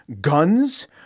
guns